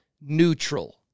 neutral